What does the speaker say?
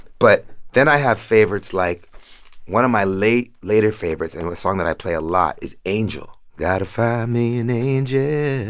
but then i have favorites like one of my late later favorites and a song that i play a lot is angel. got to find me an angel